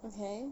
okay